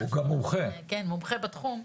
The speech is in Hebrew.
הוא מומחה בתחום.